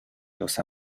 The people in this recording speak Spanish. los